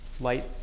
light